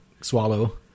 Swallow